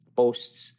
posts